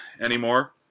anymore